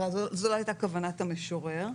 הייתה כוונת המשורר,